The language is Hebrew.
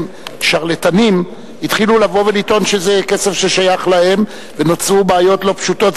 שזה כסף ששייך להם ונוצרו בעיות לא פשוטות.